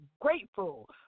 grateful